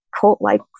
cult-like